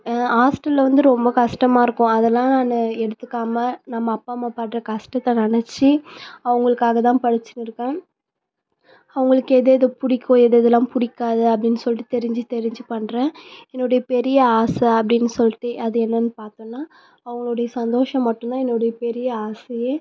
ஹாஸ்ட்டலில் வந்து ரொம்ப கஷ்டமாக இருக்கும் அதெல்லாம் நான் எடுத்துக்காமல் நம்ம அப்பா அம்மா படுற கஷ்டத்தை நினைச்சு அவங்களுக்காக தான் படிச்சுன்னு இருக்கேன் அவங்களுக்கு எது எது பிடிக்கும் எது எதெல்லாம் பிடிக்காது அப்படின்னு சொல்லிட்டு தெரிஞ்சு தெரிஞ்சு பண்ணுறேன் என்னுடைய பெரிய ஆசை அப்படின்னு சொல்லிட்டு அது என்னென்னு பார்த்தோன்னா அவங்களுடைய சந்தோஷம் மட்டுந்தான் என்னுடைய பெரிய ஆசையே